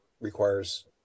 requires